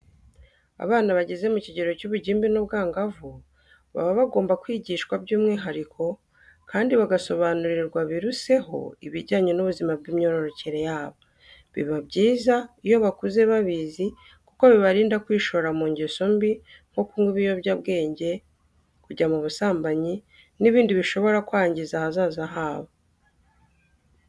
Abana bageze mu kigero cy'ubugimbi n'ubwangavu baba bagomba kwigishwa by'umwihariko kandi bagasobanurirwa biruseho ibijyanye n'ubuzima bw'imyororokere yabo. Biba byiza iyo bakuze babizi kuko bibarinda kwishora mu ngeso mbi nko kunywa ibiyobyabwenge, kujya mu busambanyi n'ibindi bishobora kwagiza ahazaza habo.